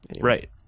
Right